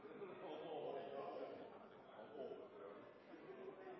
når de har landet på dette